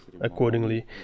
accordingly